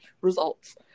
results